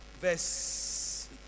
verse